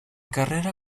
carrera